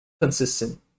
consistent